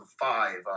five